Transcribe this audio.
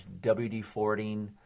WD-40ing